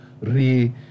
re